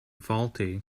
faulty